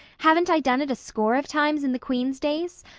haven't i done it a score of times in the queen's days?